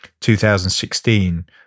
2016